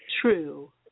True